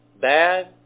bad